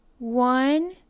One